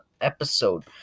episode